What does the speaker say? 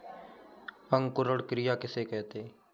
अंकुरण क्रिया किसे कहते हैं?